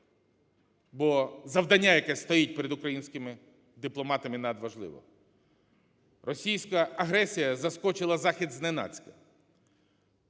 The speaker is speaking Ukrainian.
Бо завдання, яке стоїть перед українськими дипломатами, надважливе. Російська агресія заскочила Захід зненацька.